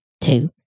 Two